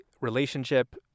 relationship